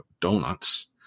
donuts